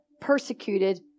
Persecuted